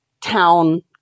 town